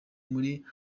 muri